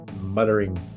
muttering